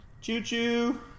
Choo-choo